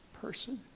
person